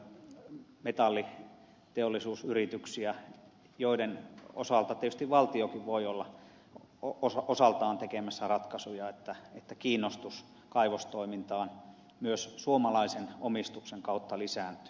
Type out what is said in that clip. valtio omistaa metalliteollisuusyrityksiä joiden osalta tietysti valtiokin voi olla osaltaan tekemässä ratkaisuja että kiinnostus kaivostoimintaan myös suomalaisen omistuksen kautta lisääntyy